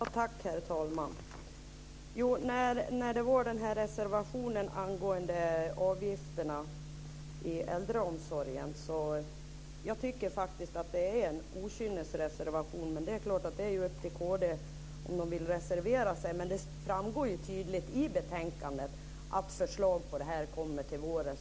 Herr talman! Reservationen om avgifterna i äldreomsorgen tycker jag faktiskt är en okynnesreservation. Men det är klart att det är upp till kristdemokraterna att reservera sig om de vill. Men det framgår ju tydligt i betänkandet att förslag om detta kommer till våren.